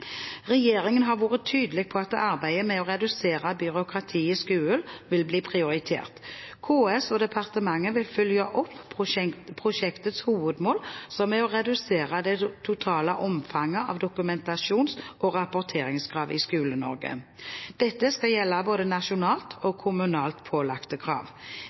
Regjeringen har vært tydelig på at arbeidet med å redusere byråkratiet i skolen vil bli prioritert. KS og departementet vil følge opp prosjektets hovedmål som er å redusere det totale omfanget av dokumentasjons- og rapporteringskrav i Skole-Norge. Dette skal gjelde både nasjonalt og kommunalt pålagte krav.